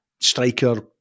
striker